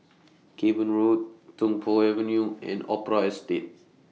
Cavan Road Tung Po Avenue and Opera Estate